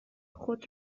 خود